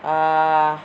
uh